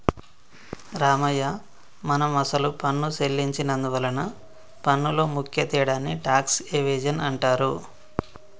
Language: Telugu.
రామయ్య మనం అసలు పన్ను సెల్లించి నందువలన పన్నులో ముఖ్య తేడాని టాక్స్ ఎవేజన్ అంటారు